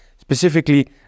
specifically